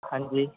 ਹਾਂਜੀ